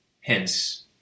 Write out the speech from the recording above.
Hence